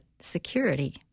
security